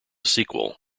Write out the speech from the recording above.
sequel